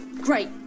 great